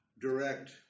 direct